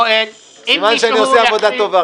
סימן שאני עושה עבודה טובה,